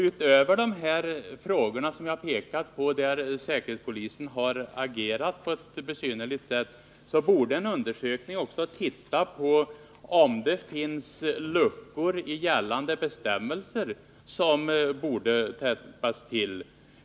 Utöver de frågor jag pekat på, där säkerhetspolisen har agerat på ett besynnerligt sätt, borde en undersökning också se på om det finns luckor i gällande bestämmelser, som borde täppas till.